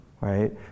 right